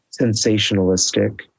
sensationalistic